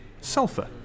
sulfur